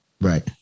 Right